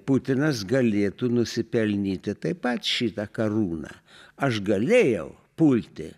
putinas galėtų nusipelnyti taip pat šitą karūną aš galėjau pulti